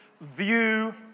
view